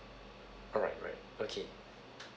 alright alright okay